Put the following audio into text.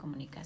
comunicación